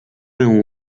vingt